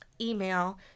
email